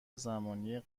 زمانی